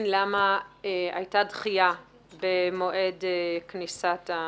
למה הייתה דחייה במועד כניסת המסופונים.